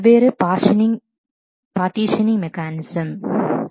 வெவ்வேறு partitioning mechanism partioning mechanism